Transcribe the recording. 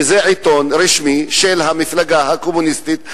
שזה עיתון רשמי של המפלגה הקומוניסטית,